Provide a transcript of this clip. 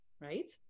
right